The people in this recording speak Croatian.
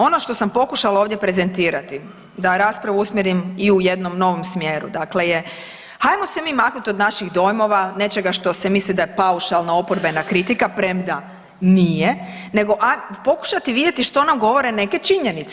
Ono što sam pokušala ovdje prezentirati, da raspravu usmjerim i u jednom novom smjeru, dakle je, hajmo se mi maknuti od naših dojmova, nečega što se misli da je paušalna oporbena kritika, premda nije, nego pokušati vidjeti što nam govore neke činjenice.